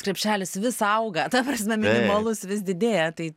krepšelis vis auga ta prasme minimalus vis didėja tai